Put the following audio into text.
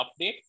update